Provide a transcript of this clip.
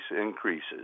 increases